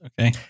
Okay